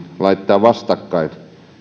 laittaa vastakkain